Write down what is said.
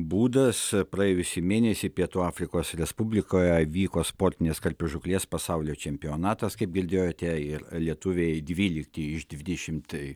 būdas praėjusį mėnesį pietų afrikos respublikoje vyko sportinės karpių žūklės pasaulio čempionatas kaip girdėjote ir lietuviai dvylikti iš dvidešimt